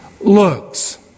looks